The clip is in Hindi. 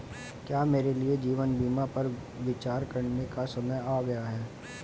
क्या मेरे लिए जीवन बीमा पर विचार करने का समय आ गया है?